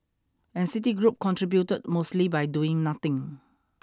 and Citigroup contributed mostly by doing nothing